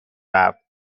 رفت